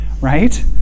Right